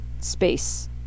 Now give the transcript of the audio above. space